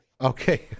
Okay